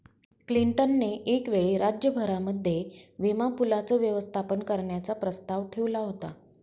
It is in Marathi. क्लिंटन ने एक वेळी राज्य भरामध्ये विमा पूलाचं व्यवस्थापन करण्याचा प्रस्ताव ठेवला होता